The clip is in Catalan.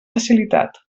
facilitat